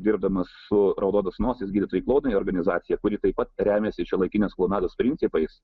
dirbdamas su raudonos nosys gydytojai klounai organizacija kuri taip pat remiasi šiuolaikinės klounados principais